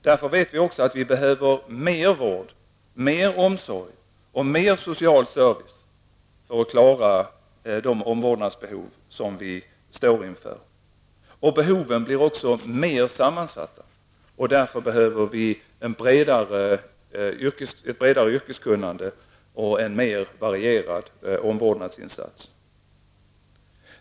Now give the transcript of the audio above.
Därför vet vi också att vi behöver mer vård, mer omsorg och mer social service för att klara det omvårdnadsbehov som vi står inför. Behoven blir också mer sammansatta. Därför behöver vi ett bredare yrkeskunnande och en mer varierad omvårdnadsinsats.